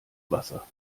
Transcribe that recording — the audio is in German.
wasser